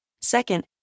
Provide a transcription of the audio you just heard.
Second